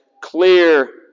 clear